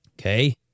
Okay